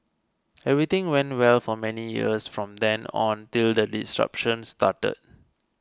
everything went well for many years from then on till the disruptions started